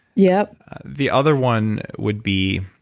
yeah the other one would be.